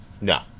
No